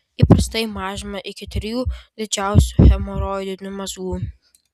įprastai mažinama iki trijų didžiausių hemoroidinių mazgų